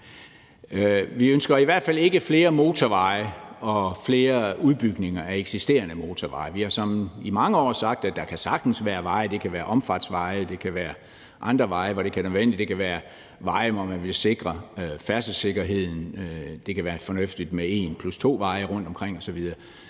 Vi ønsker i hvert fald ikke flere motorveje og flere udbygninger af eksisterende motorveje. Vi har i mange år sagt, at der sagtens kan være veje – det kan være omfartsveje; det kan være andre veje, hvor det kan være nødvendigt; det kan være veje, hvor man vil sikre færdselssikkerheden; det kan være fornuftigt med 2 plus 1-veje rundtomkring osv.